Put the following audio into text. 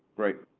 right.